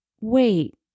Wait